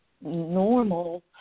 normal